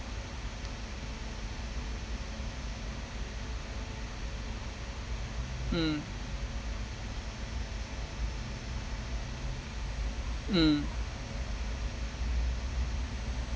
mm mm